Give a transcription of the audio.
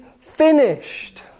finished